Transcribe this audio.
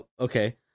okay